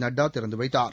நட்டா திறந்து வைத்தார்